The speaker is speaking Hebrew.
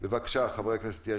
בבקשה, חבר הכנסת סעדי.